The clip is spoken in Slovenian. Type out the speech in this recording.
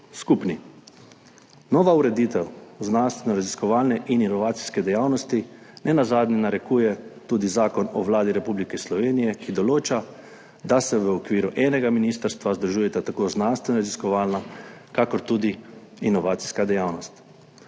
skupni. Novo ureditev znanstvenoraziskovalne in inovacijske dejavnosti nenazadnje narekuje tudi Zakon o Vladi Republike Slovenije, ki določa, da se v okviru enega ministrstva združujeta tako znanstvenoraziskovalna kakor tudi inovacijska dejavnost.